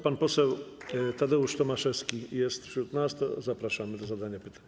Pan poseł Tadeusz Tomaszewski jest wśród nas, to zapraszam do zadania pytania.